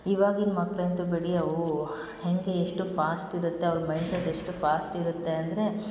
ಇವಾಗಿನ ಮಕ್ಳು ಅಂತು ಬಿಡಿ ಅವು ಹೇಗೆ ಎಷ್ಟು ಫಾಸ್ಟ್ ಇರುತ್ತೆ ಅವ್ರ ಮೈಂಡ್ಸೆಟ್ ಎಷ್ಟು ಫಾಸ್ಟ್ ಇರುತ್ತೆ ಅಂದರೆ